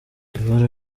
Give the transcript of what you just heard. ibara